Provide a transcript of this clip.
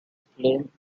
flame